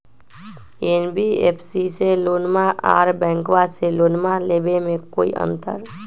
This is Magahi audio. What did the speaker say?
एन.बी.एफ.सी से लोनमा आर बैंकबा से लोनमा ले बे में कोइ अंतर?